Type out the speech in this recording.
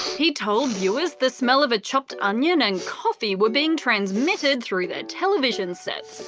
he told viewers the smell of chopped onion and coffee were being transmitted through their television sets,